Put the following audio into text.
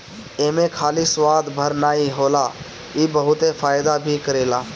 एमे खाली स्वाद भर नाइ होला इ बहुते फायदा भी करेला